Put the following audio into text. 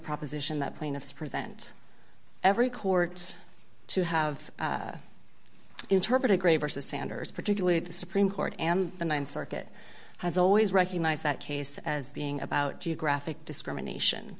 proposition that plaintiffs present every court to have interpreted grey versus sanders particularly the supreme court and the th circuit has always recognized that case as being about geographic discrimination